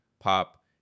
pop